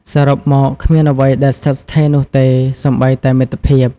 សរុបមក គ្មានអ្វីដែលស្ថិតស្ថេរនោះទេ សូម្បីតែមិត្តភាព។